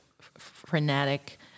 frenetic